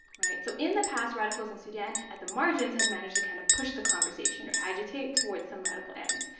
right? so in the past, radicals in sudan at the margins have managed to kind of push the conversation or agitate towards some radical end.